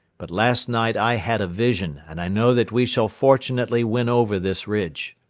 but last night i had a vision and i know that we shall fortunately win over this ridge.